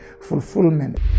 fulfillment